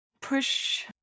push